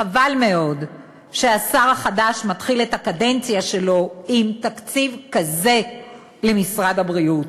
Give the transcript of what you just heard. חבל מאוד שהשר החדש מתחיל את הקדנציה שלו עם תקציב כזה למשרד הבריאות.